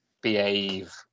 behave